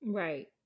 right